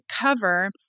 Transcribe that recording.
cover